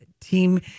Team